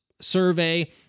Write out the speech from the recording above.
survey